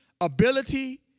ability